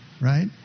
right